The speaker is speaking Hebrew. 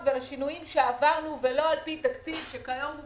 ולשינויים שעברנו ולא על פי תקציב שכיום הוא